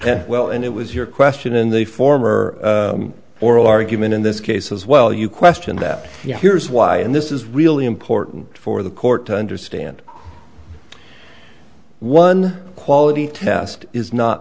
and well and it was your question in the former oral argument in this case as well you question that you here's why and this is really important for the court to understand one quality test is not